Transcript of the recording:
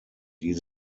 die